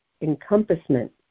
encompassment